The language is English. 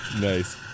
Nice